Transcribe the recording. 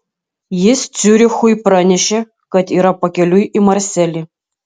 jis ciurichui pranešė kad yra pakeliui į marselį